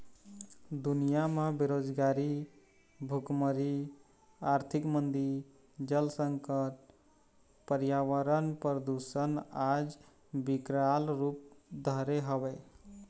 दुनिया म बेरोजगारी, भुखमरी, आरथिक मंदी, जल संकट, परयावरन परदूसन आज बिकराल रुप धरे हवय